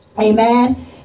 Amen